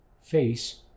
face